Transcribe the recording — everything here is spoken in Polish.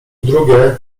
drugie